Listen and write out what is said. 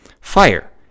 Fire